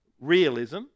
realism